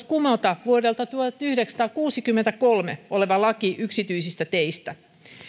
kumota vuodelta tuhatyhdeksänsataakuusikymmentäkolme oleva laki yksityisistä teistä